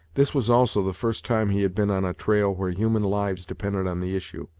this was also the first time he had been on a trail where human lives depended on the issue.